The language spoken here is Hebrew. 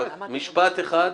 משפט אחד.